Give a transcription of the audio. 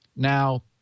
now